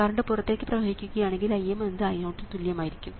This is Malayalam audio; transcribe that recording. കറണ്ട് പുറത്തേക്ക് പ്രവഹിക്കുകയാണെങ്കിൽ Im എന്നത് I0 ന് തുല്യമായിരിക്കും